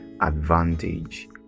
advantage